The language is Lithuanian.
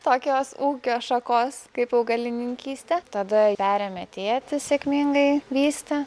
tokios ūkio šakos kaip augalininkystę tada perėmė tėtis sėkmingai vystė